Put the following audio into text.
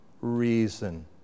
reason